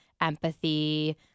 empathy